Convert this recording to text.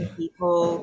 people